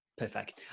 Perfect